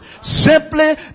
Simply